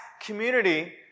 community